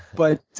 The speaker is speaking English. but,